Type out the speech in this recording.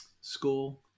school